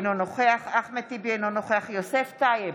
אינו נוכח אחמד טיבי, אינו נוכח יוסף טייב,